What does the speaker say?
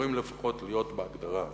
אמורים לפחות להיות בהגדרה הזאת.